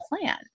plan